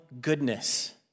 goodness